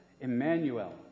Emmanuel